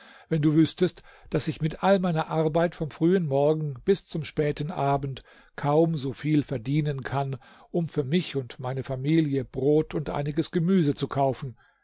wenn du wüßtest daß ich mit all meiner arbeit vom frühen morgen bis zum späten abend kaum so viel verdienen kann um für mich und meine familie brot und einiges gemüse zu kaufen